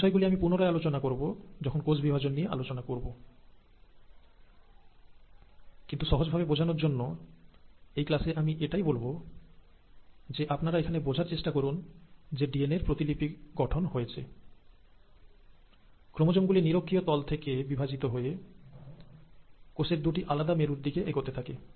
এই বিষয় গুলি আমি পুনরায় আলোচনা করব যখন কোষ বিভাজন নিয়ে আলোচনা করব কিন্তু সহজ ভাবে বোঝার জন্য এই ক্লাসে আমি এটাই বলব যে আপনারা এখানে বোঝার চেষ্টা করুন যে ডিএনএর প্রতিলিপি গঠন হয়েছে ক্রোমোজোম গুলি নিরক্ষীয় তল থেকে বিভাজিত হয়ে কোষের দুটি আলাদা মেরুর দিকে এগোতে থাকে